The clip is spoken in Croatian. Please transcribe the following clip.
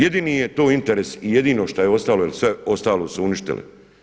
Jedini je to interes i jedino što je ostalo jer sve ostalo su uništili.